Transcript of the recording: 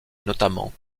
notamment